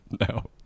No